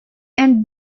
and